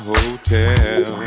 Hotel